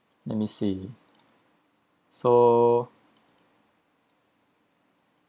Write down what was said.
let me see so